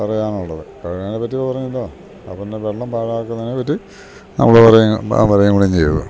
പറയാനുള്ളത് കഴ്കണേ പറ്റി പറഞ്ഞല്ലോ അപ്പന്നെ വെള്ളം പാഴാക്കുന്നതിനെ പറ്റി നമ്മള് പറയും പറയും കൂടി ചെയ്തു